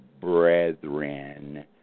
brethren